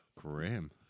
Grim